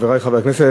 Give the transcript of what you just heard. חברי חברי הכנסת,